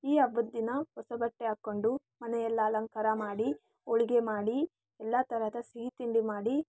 ಈ ಅವಧಿನ ಹೊಸ ಬಟ್ಟೆ ಹಾಕ್ಕೊಂಡು ಮನೆಯಲ್ಲಿ ಅಲಂಕಾರ ಮಾಡಿ ಹೋಳಿಗೆ ಮಾಡಿ ಎಲ್ಲ ಥರದ ಸಿಹಿ ತಿಂಡಿ ಮಾಡಿ